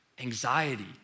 anxiety